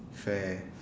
fair~